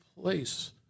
place